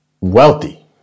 Wealthy